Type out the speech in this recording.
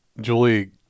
Julie